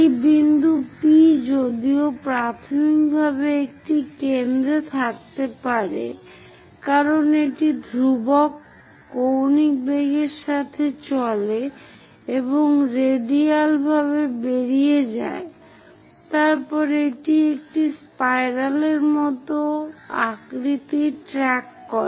এই বিন্দু P যদিও প্রাথমিকভাবে এটি কেন্দ্রে থাকতে পারে কারণ এটি ধ্রুবক কৌণিক বেগের সাথে চলে এবং রেডিয়ালভাবে বেরিয়ে যায় তারপর এটি একটি স্পাইরাল এর মতো আকৃতি ট্র্যাক করে